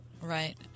Right